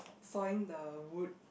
sawing the wood